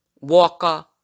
Walker